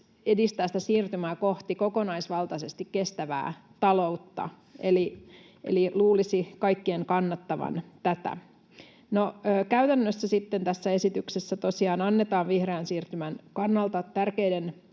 sitä siirtymää kohti kokonaisvaltaisesti kestävää taloutta, eli luulisi kaikkien kannattavan tätä. Käytännössä sitten tässä esityksessä tosiaan annetaan vihreän siirtymän kannalta tärkeiden